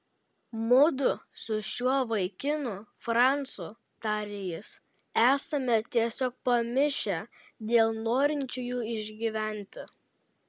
mudu su šiuo vaikinu francu tarė jis esame tiesiog pamišę dėl norinčiųjų išgyventi